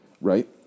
right